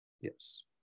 Yes